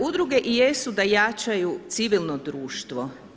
Udruge i jesu da jačaju civilno društvo.